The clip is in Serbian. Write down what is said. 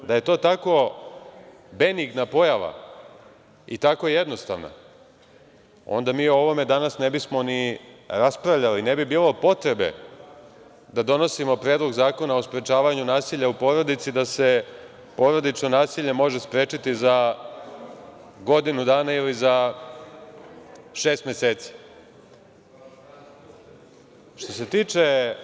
Da je to tako benigna pojava i tako jednostavna, onda mi o ovome danas ne bismo ni raspravljali, ne bi bilo potrebe da donosimo Predlog zakona o sprečavanju nasilja u porodici da se porodično nasilje može sprečiti za godinu dana ili za šest meseci.